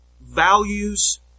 values